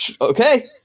Okay